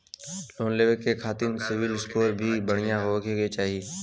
Loan लेवे के खातिन सिविल स्कोर भी बढ़िया होवें के चाही?